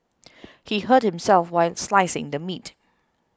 he hurt himself while slicing the meat